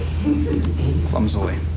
Clumsily